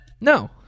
No